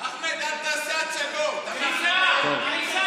אחמד, אל תעשה הצגות, אנחנו פה.